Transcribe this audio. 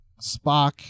Spock